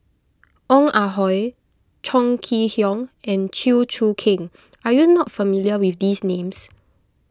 Ong Ah Hoi Chong Kee Hiong and Chew Choo Keng are you not familiar with these names